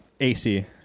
AC